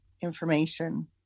information